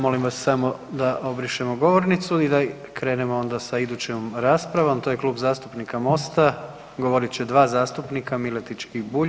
Molim vas samo da obrišemo govornicu i da krenemo onda sa idućom raspravom, a to je Klub zastupnika MOST-a, govorit će dva zastupnika Miletić i Bulj.